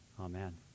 Amen